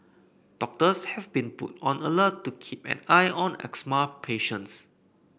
doctors have been put on alert to keep an eye on asthma patients